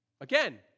again